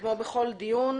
כמו בכל דיון,